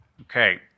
Okay